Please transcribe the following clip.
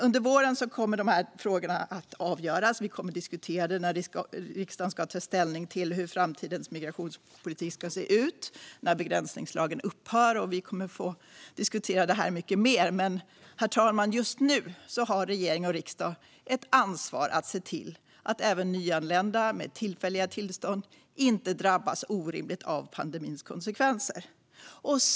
Under våren kommer nu dessa frågor att avgöras. Vi kommer att diskutera dem när riksdagen ska ta ställning till hur framtidens migrationspolitik ska se ut när begränsningslagen upphör. Vi kommer att få diskutera det här mycket mer. Just nu, herr talman, har dock regering och riksdag ett ansvar att se till att även nyanlända med tillfälliga tillstånd inte drabbas orimligt av pandemins konsekvenser.